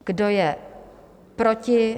Kdo je proti?